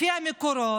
לפי המקורות,